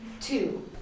Two